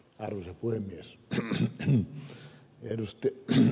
hän on kuin kukaan ei edusta ed